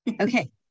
Okay